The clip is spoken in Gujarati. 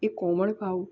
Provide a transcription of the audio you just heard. એ કોમળ ભાવ